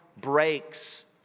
breaks